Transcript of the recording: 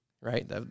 right